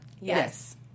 Yes